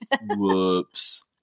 Whoops